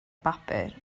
bapur